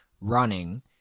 running